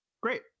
great